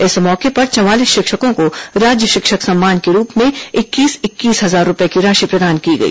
इस मौके पर चवालीस शिक्षकों को राज्य शिक्षक सम्मान के रूप में इक्कीस इक्कीस हजार रूपये की राशि प्रदान की गई